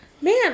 man